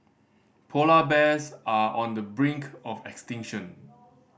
polar bears are on the brink of extinction